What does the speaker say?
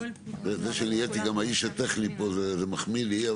זה שנהייתי גם האיש הטכני פה זה מחמיא לי.